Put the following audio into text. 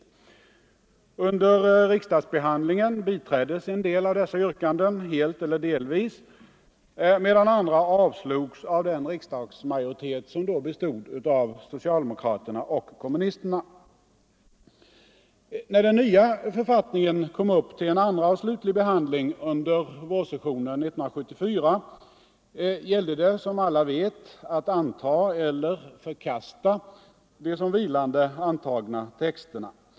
Under riksdagsbehandlingen biträddes en del av dessa yrkanden, helt eller delvis, medan andra avslogs av den riksdagsmajoritet som då bestod av socialdemokrater och kommunister. När den nya författningen kom upp till en andra och slutlig behandling under vårsessionen 1974 gällde det, som alla vet, att antaga eller förkasta de som vilande antagna texterna.